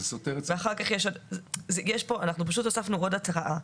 אנחנו פשוט הוספנו עוד התראה.